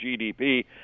GDP